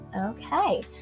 Okay